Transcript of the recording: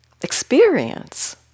experience